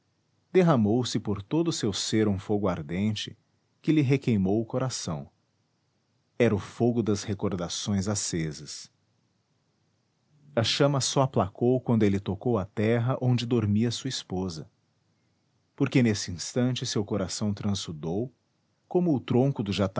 areias derramou-se por todo seu ser um fogo ardente que lhe requeimou o coração era o fogo das recordações acesas a chama só aplacou quando ele tocou a terra onde dormia sua esposa porque nesse instante seu coração transudou como o tronco do